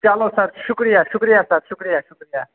چلو سر شُکرِیا شُکرِیا سر شُکرِیا شُکرِیا